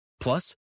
Plus